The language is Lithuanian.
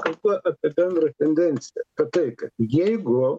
kalbu apie apie bendrą tendenciją kad tai kad jeigu